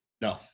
No